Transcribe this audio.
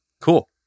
Cool